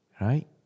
right